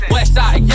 Westside